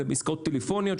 אלא עסקאות טלפוניות,